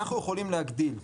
אנחנו יכולים להגדיל,